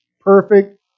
perfect